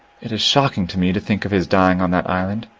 it is shocking to me to think of his dying on that island.